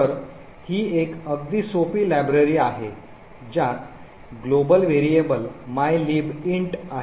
तर ही एक अगदी सोपी लायब्ररी आहे ज्यात global variable mylib int आहे